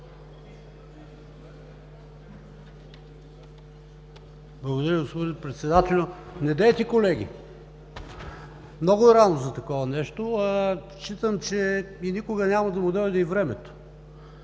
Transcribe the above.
Благодаря Ви, господин Председател! Недейте колеги, много е рано за такова нещо. Смятам, че и никога няма да му дойде и времето.